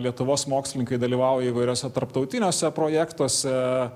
lietuvos mokslininkai dalyvauja įvairiuose tarptautiniuose projektuose